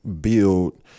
build